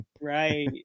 right